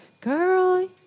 girl